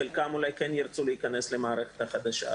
חלקן אולי ירצו להיכנס למערכת החדשה,